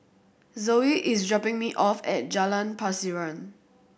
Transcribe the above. Zoe is dropping me off at Jalan Pasiran